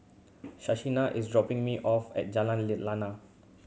Shaina is dropping me off at Jalan Lana